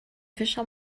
fischer